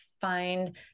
find